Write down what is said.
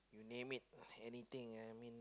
name it anything I mean